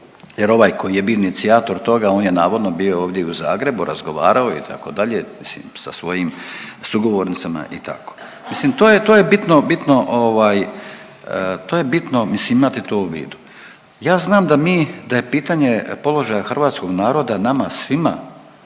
jer ovaj koji je bio inicijator toga, on je navodno bio ovdje i u Zagrebu, razgovarao, itd., sa svojim sugovornicama, i tako. Mislim, to je, to je bitno, bitno ovaj, to je bitno, mislim, imajte to u vidu. Ja znam da mi, da je pitanje položaja hrvatskog naroda nama svima